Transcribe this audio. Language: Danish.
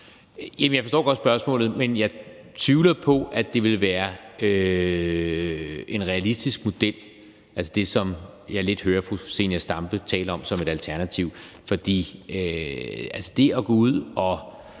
Jeg forstår godt spørgsmålet, men jeg tvivler på, at det, som jeg lidt hører fru Zenia Stampe taler om som et alternativ,